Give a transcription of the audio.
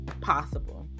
possible